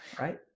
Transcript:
Right